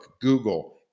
google